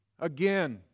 again